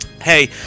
hey